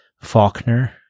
Faulkner